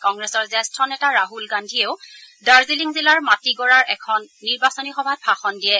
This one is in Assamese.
কংগ্ৰেছৰ জ্যেষ্ঠ নেতা ৰাহুল গান্ধীয়েও ডাৰ্জিলিং জিলাৰ মাটিগড়াৰ এখন নিৰ্বাচনী সভাত ভাষণ দিয়ে